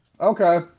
Okay